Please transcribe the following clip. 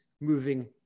moving